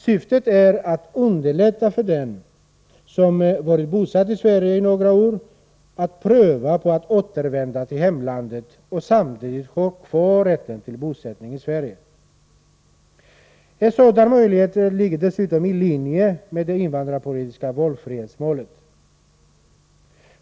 Syftet är att underlätta för den som varit bosatt i Sverige några år att pröva på att återvända till hemlandet och samtidigt ha kvar rätten till bosättning i Sverige. En sådan möjlighet ligger dessutom i linje med det invandrarpolitiska valfrihetsmålet.